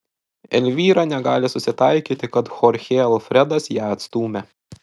elvyra negali susitaikyti kad chorchė alfredas ją atstūmė